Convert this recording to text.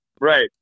Right